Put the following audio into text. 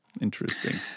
Interesting